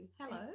Hello